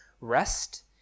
Rest